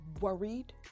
worried